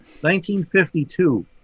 1952